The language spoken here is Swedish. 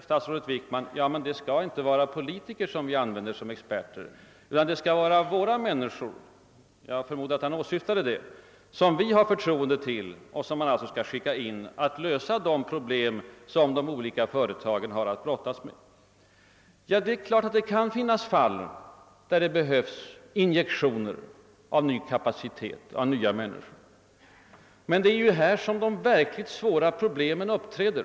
Statsrådet Wickman genmälde att man inte skall använda politikerna som experter utan att det skall vara andra människor som socialdemokraterna har förtroende för. Det är klart att det kan finnas företag som behöver injektioner av ny kapacitet i form av nya människor. Men det är ju här som de verkligt svåra problemen uppträder.